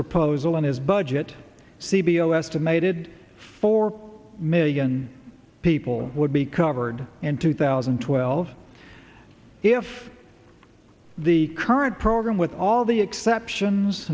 proposal in his budget c b l estimated four million people would be covered in two thousand and twelve if the current program with all the exceptions